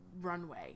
Runway